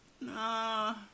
No